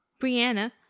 brianna